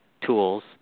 tools